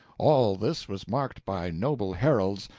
all this was marked by noble heralds,